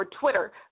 Twitter